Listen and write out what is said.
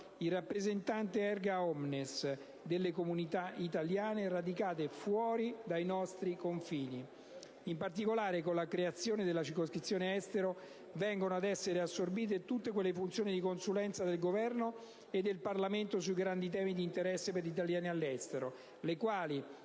il «rappresentante *erga omnes*» delle comunità italiane radicate fuori dai nostri confini. In particolare, con la creazione della circoscrizione Estero, vengono ad essere assorbite tutte quelle funzioni di "consulenza" del Governo e del Parlamento sui grandi temi di interesse per gli italiani all'estero, le quali,